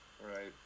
Right